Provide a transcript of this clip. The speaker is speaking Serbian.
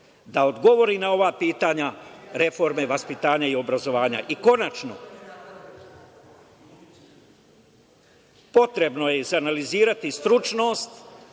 da odgovori na ova pitanja reforme vaspitanja i obrazovanja? Konačno, potrebno je izanalizirati stručnost,